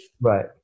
Right